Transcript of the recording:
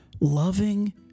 loving